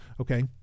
okay